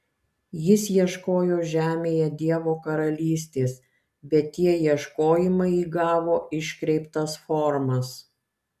jis ieškojo žemėje dievo karalystės bet tie ieškojimai įgavo iškreiptas formas